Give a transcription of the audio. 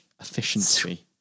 Efficiency